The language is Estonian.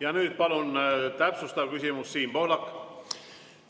Ja nüüd palun täpsustav küsimus, Siim Pohlak!